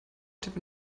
steht